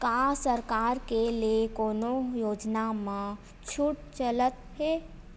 का सरकार के ले कोनो योजना म छुट चलत हे?